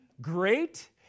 great